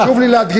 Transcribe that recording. חשוב לי להדגיש,